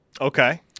Okay